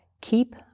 keep